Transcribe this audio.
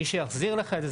שמי שיחזיר לך את זה,